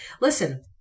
Listen